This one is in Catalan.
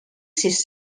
sis